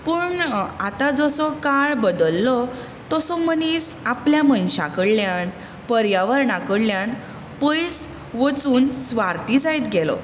पूण आतां जसो काळ बदल्लो तसो मनीस आपल्या मनशा कडल्यान पर्यावरणा कडल्यान पयस वचून स्वार्थी जायत गेलो